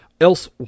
else